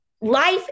life